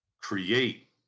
create